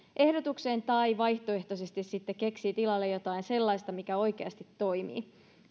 ehdotukseen tai vaihtoehtoisesti sitten keksii tilalle jotain sellaista mikä oikeasti toimii